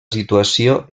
situació